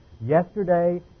yesterday